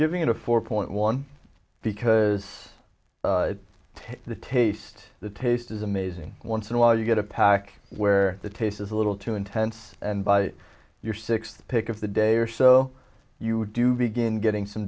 giving it a four point one because the taste the taste is amazing once in a while you get a pack where the taste is a little too intense and by your sixth pick of the day or so you do begin getting some